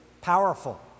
powerful